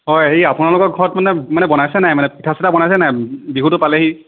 অ' হেৰি আপোনালোকৰ ঘৰত মানে মানে বনাইছেন নাই মানে পিঠা চিঠা বনাইছেন নাই বিহুতো পালেহি